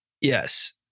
Yes